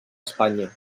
espanya